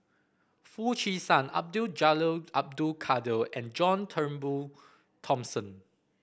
Foo Chee San Abdul Jalil Abdul Kadir and John Turnbull Thomson